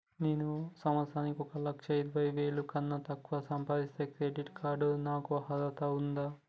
నేను సంవత్సరానికి ఒక లక్ష ఇరవై వేల కన్నా తక్కువ సంపాదిస్తే క్రెడిట్ కార్డ్ కు నాకు అర్హత ఉందా?